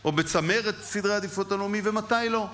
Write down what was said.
או בצמרת סדר העדיפויות הלאומי, ומתי לא.